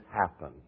happen